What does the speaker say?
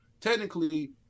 technically